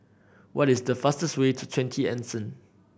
what is the fastest way to Twenty Anson